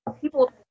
People